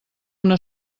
una